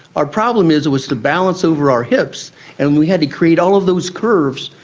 our problem is it was to balance over our hips and we had to create all of those curves.